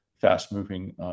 fast-moving